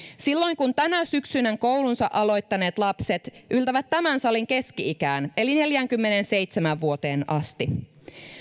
silloin kun tänä syksynä koulunsa aloittaneet lapset yltävät tämän salin keski ikään eli neljäänkymmeneenseitsemään vuoteen asti